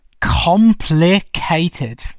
Complicated